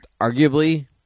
Arguably